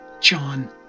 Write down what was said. John